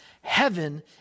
Heaven